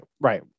right